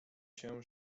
się